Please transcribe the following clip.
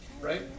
right